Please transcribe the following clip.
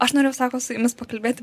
aš norėjau sako su jumis pakalbėti